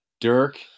Dirk